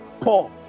Paul